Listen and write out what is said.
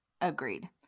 Agreed